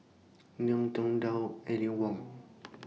Ngiam Tong Dow Aline Wong